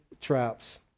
traps